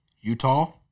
Utah